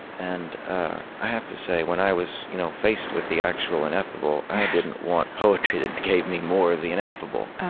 and i have to say, when i was you know faced with the actual ineffable, i didn't want poetry that gave me more of the ineffable.